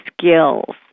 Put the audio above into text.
skills